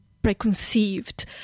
preconceived